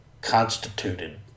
constituted